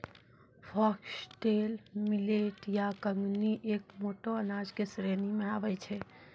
foxtail millet या कंगनी एक मोटो अनाज के श्रेणी मॅ आबै छै